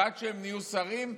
ועד שהם נהיו שרים,